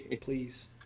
Please